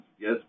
Yes